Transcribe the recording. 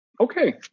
Okay